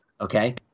Okay